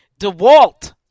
DeWalt